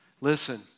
Listen